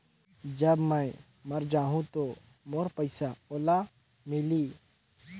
जब मै मर जाहूं तो मोर पइसा ओला मिली?